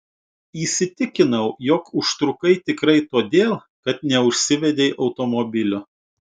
įsitikinau jog užtrukai tikrai todėl kad neužsivedei automobilio